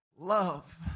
Love